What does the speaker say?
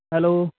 hello